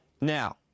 Now